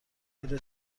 میره